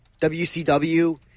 WCW